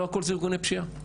לא הכול זה ארגוני פשיעה.